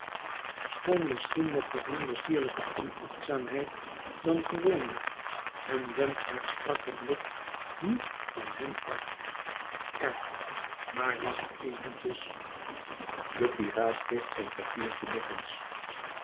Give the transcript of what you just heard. misschien met wat minder sierlijke onachtzaamheid dan gewoonlijk en wendt haar strakken blik niet van hem af er maar wacht eventjes guppy raadpleegt zijn papiertje nog eens